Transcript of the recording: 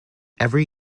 every